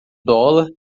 dólar